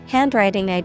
Handwriting